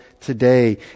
today